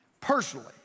personally